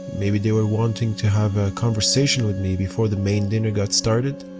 maybe they were wanting to have a conversation with me before the main dinner got started?